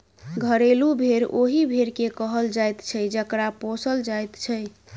घरेलू भेंड़ ओहि भेंड़ के कहल जाइत छै जकरा पोसल जाइत छै